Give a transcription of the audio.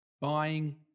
Buying